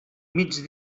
mig